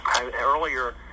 earlier